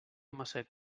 massa